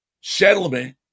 settlement